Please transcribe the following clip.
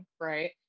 right